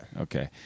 Okay